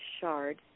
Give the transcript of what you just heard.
shard